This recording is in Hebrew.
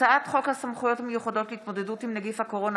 הצעת חוק סמכויות מיוחדות להתמודדות עם נגיף הקורונה